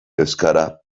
euskara